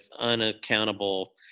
unaccountable